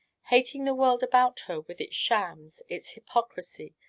hating the world about her with its shams, its hypocrisy,